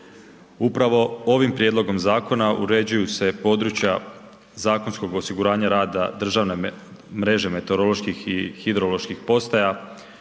Upravo ovim prijedlogom zakona uređuju se područja zakonskog osiguranja rada državne mreže meteoroloških i hidroloških postaja